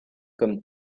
comme